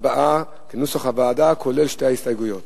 להצבעה כנוסח הוועדה, כולל שתי ההסתייגויות.